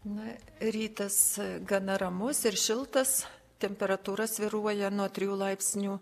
na rytas gana ramus ir šiltas temperatūra svyruoja nuo trejų laipsnių